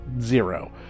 zero